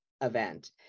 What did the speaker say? event